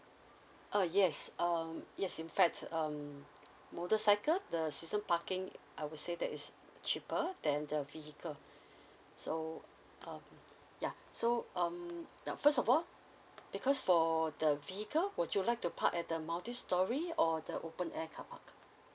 uh yes um yes in facts um motorcycles the season parking I would say that is cheaper than the vehicle so um yeah so um now first of all because for the vehicle would you like to park at the multistorey or the open air carpark